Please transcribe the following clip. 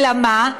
אלא מה,